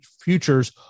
futures